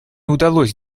удалось